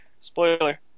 Spoiler